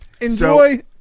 Enjoy